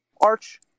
Arch